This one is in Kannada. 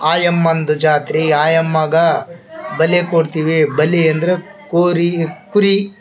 ಆಯಮ್ಮಂದು ಜಾತ್ರೆ ಆಯಮ್ಮಗಾ ಬಲಿ ಕೊಡ್ತೀವಿ ಬಲಿ ಅಂದರೆ ಕುರಿ ಕುರಿ